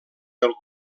del